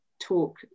talk